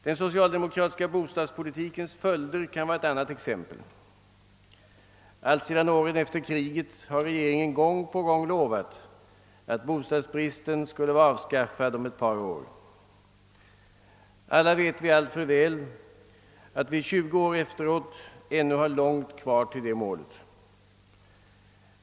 Den socialdemokratiska bostadspolitikens följder kan vara ett annat exempel. Alltsedan åren efter kriget har regeringen gång på gång lovat att bostadsbristen skulle vara avskaffad om ett par år. Alla vet vi alltför väl, att vi 20 år efteråt ännu har långt kvar till det målet.